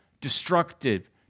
destructive